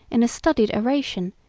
in a studied oration,